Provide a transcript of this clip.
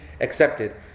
accepted